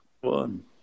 One